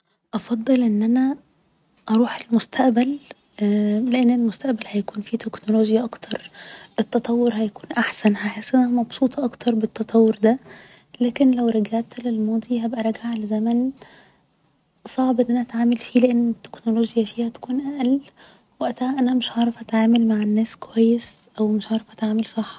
افضل ان أنا أروح المستقبل لان المستقبل هيكون فيه تكنولوجيا اكتر التطور هيكون احسن هحس ان أنا مبسوطة اكتر بالتطور ده لكن لو رجعت للماضي هبقى راجعة لزمن صعب ان أنا أتعامل فيه لان التكنولوجيا فيه هتكون اقل وقتها أنا مش هعرف أتعامل مع الناس كويس او مش هعرف أتعامل صح